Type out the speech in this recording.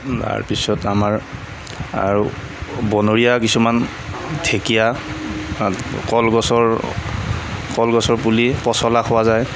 তাৰ পিছত আমাৰ আৰু বনৰীয়া কিছুমান ঢেঁকীয়া কলগছৰ কলগছৰ পুলি পচলা খোৱা যায়